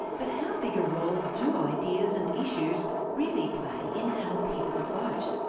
but how big a role do ideas and issues really play in how people vote?